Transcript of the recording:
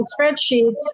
spreadsheets